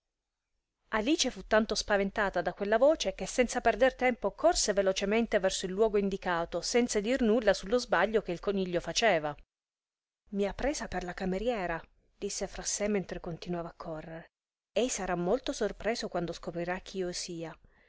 alice fu tanto spaventata da quella voce che senza perder tempo corse velocemente verso il luogo indicato senza dir nulla sullo sbaglio che il coniglio faceva mi ha presa per la cameriera disse fra sè mentre continuava a correre ei sarà molto sorpreso quando scoprirà chi